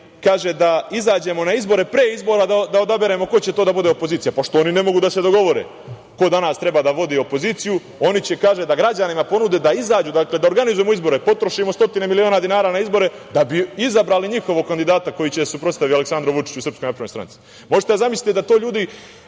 kaže da izađemo na izbore pre izbora da odaberemo ko će to da bude opozicija. Pošto oni ne mogu da se dogovore ko danas treba da vodi opoziciju, oni će kaže, da građanima, da izađu, da organizujemo izbore, potrošimo stotine miliona dinara na izbore, da bi izabrali njihovog kandidata koji će da se suprotstavi Aleksandru Vučiću i SNS. Možete da zamislite da danas